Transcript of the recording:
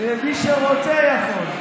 מי שרוצה יכול.